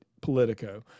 Politico